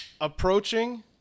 approaching